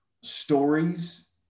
stories